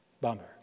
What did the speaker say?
Bummer